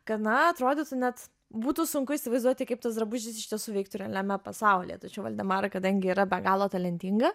kad na atrodytų net būtų sunku įsivaizduoti kaip tas drabužis iš tiesų veiktų realiame pasaulyje tačiau valdemara kadangi yra be galo talentinga